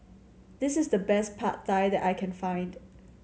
this is the best Pad Thai that I can find